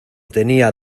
tenía